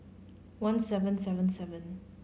one seven seven seven